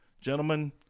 gentlemen